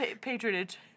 patronage